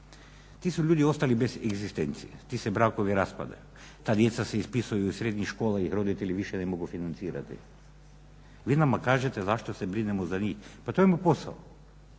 Ti su ljudi ostali bez egzistencije, ti se brakovi raspadaju, ta djeca se ispisuju iz srednjih škola jer ih roditelji više ne mogu financirati. Vi nama kažete zašto se brinemo za njih? Pa to je moj posao.